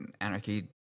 Anarchy